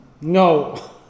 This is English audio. No